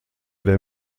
der